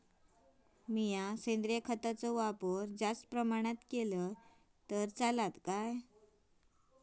मीया सेंद्रिय खताचो वापर जास्त प्रमाणात केलय तर चलात काय?